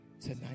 Tonight